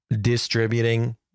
distributing